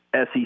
SEC